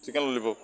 chicken lollypop